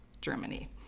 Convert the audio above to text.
Germany